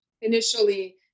initially